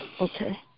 Okay